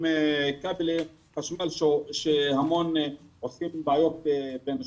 כבלים חשמל שהמון עושים בעיות בין שכנים.